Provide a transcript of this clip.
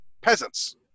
peasants